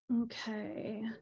Okay